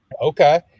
Okay